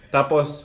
Tapos